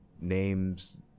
names